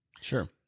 Sure